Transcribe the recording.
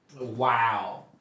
Wow